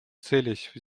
целясь